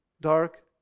dark